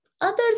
Others